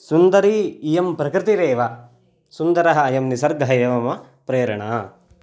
सुन्दरी इयं प्रकृतिरेव सुन्दरः अयं निसर्गः एव मम प्रेरणा